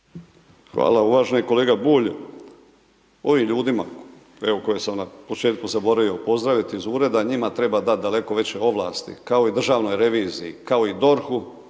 Hvala. Uvaženi kolega Bulj, ovim ljudima evo koje sam na početku zaboravio pozdraviti iz ureda, njima treba dati daleko veće ovlasti kao i državnoj reviziji, kao i DORH-u,